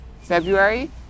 February